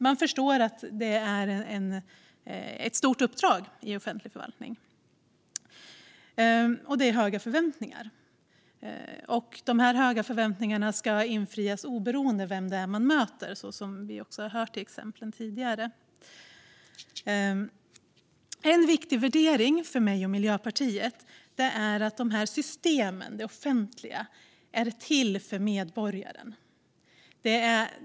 Man förstår att det är ett stort uppdrag i offentlig förvaltning, och det finns höga förväntningar. De höga förväntningarna ska infrias oberoende av vem man möter, som vi har hört i exemplen tidigare. En viktig värdering för mig och Miljöpartiet är att systemen, det offentliga, är till för medborgaren.